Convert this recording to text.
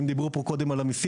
ואם דיברו פה מקודם גם על מיסים?